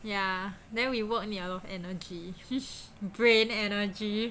ya then we work need a lot of energy brain energy